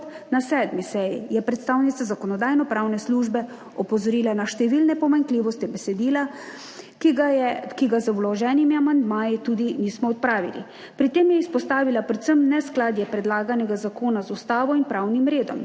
7. seji je predstavnica Zakonodajno-pravne službe opozorila na številne pomanjkljivosti besedila, ki jih z vloženimi amandmaji nismo odpravili. Pri tem je izpostavila predvsem neskladje predlaganega zakona z Ustavo in pravnim redom.